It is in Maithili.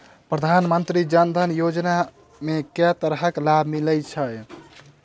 प्रधानमंत्री जनधन योजना मे केँ तरहक लाभ मिलय छै?